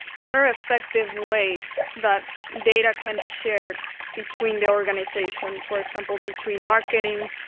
what are effective ways that data can be shared between the organization, for example, between marketing,